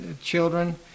children